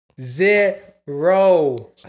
zero